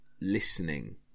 listening